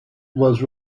was